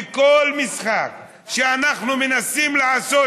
וכל משחק שאנחנו מנסים לעשות,